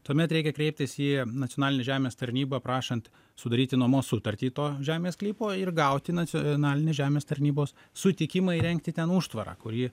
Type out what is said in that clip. tuomet reikia kreiptis į nacionalinę žemės tarnybą prašant sudaryti nuomos sutartį to žemės sklypo ir gauti nacionalinės žemės tarnybos sutikimą įrengti ten užtvarą kurį